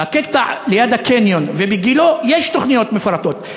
בקטע ליד הקניון ובגילה יש תוכניות מפורטות,